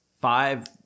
Five